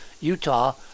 utah